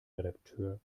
redakteur